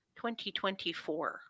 2024